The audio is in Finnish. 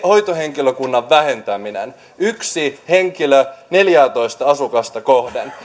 hoitohenkilökunnan vähentäminen yksi henkilö neljätoista asukasta kohden